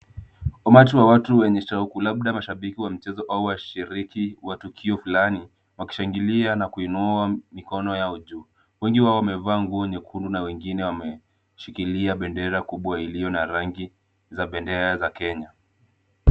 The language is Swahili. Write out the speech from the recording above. Umati wa watu wenye shauku labda mashabiki wa mchezo au washiriki wa tukio Fulani wakishangilia na kuinua Mikono yao juu. Wengi wao wamevaa nguzo nyekundu na wengine wameshikilia bendera kubwa iliyo na rangi za bendera za Kenya.